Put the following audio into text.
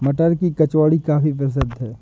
मटर की कचौड़ी काफी प्रसिद्ध है